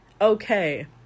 okay